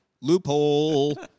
Loophole